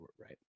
right